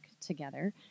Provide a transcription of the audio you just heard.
together